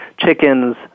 chickens